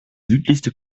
südlichste